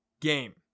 game